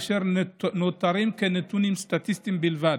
אשר נותרים כנתונים סטטיסטיים בלבד.